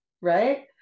right